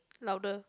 louder